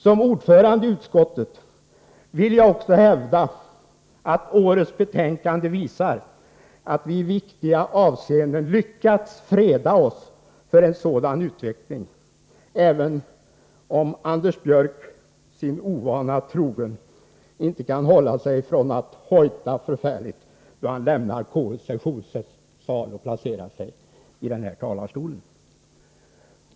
Som ordförande i utskottet vill jag också hävda att årets betänkande visar att vi i viktiga avseenden lyckats freda oss för en sådan utveckling, även om Anders Björck sin ovana trogen inte kan avhålla sig från att hojta förfärligt då han lämnat KU:s sessionssal och placerat sig i kammarens talarstol.